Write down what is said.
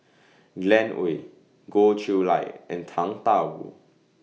Glen Goei Goh Chiew Lye and Tang DA Wu